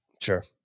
sure